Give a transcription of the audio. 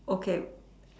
okay